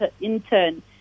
intern